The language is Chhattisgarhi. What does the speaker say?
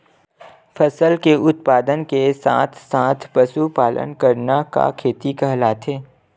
फसल के उत्पादन के साथ साथ पशुपालन करना का खेती कहलाथे?